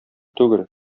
түгел